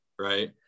right